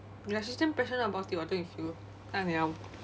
ya she's damn passionate about it [what] don't you feel anyway